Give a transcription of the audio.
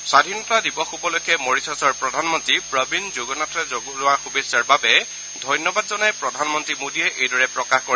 স্বাধীনতা দিৱস উপলক্ষে মৰিছাচৰ প্ৰধানমন্ত্ৰী প্ৰবীন্দ যুগনাথে জনোৱা শুভেচ্ছাৰ বাবে ধন্যবাদ জনাই প্ৰধানমন্ত্ৰী মোদীয়ে এইদৰে প্ৰকাশ কৰে